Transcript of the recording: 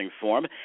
form